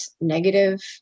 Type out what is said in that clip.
negative